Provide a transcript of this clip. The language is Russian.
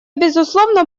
безусловно